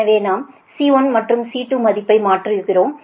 எனவே நாம் C1 மற்றும் C2 மதிப்பை மாற்றுகிறோம்